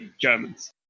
Germans